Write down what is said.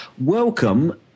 welcome